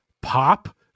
pop